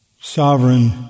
Sovereign